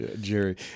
Jerry